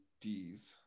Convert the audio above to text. Ds